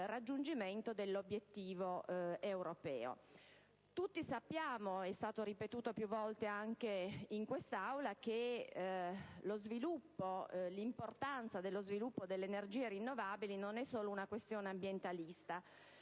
raggiungimento dell'obiettivo europeo. Tutti sappiamo - ed è stato ripetuto più volte anche in quest'Aula - che l'importanza dello sviluppo delle energie rinnovabili non è soltanto una questione ambientalista,